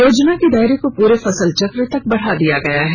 योजना के दायरे को पूरे फसल चक्र तक बढ़ा दिया गया है